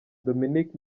dominic